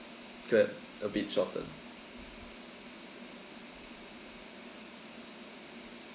correct a bit shorten